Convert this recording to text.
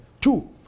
Two